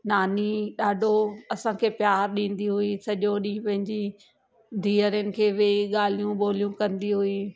नानी ॾाढो असांखे प्यारु ॾींदी हुई सॼो ॾींहुं पंहिंजी धीअरनि खे वेही ॻाल्हियूं ॿोलियूं कंदी हुई